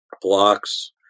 blocks